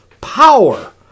power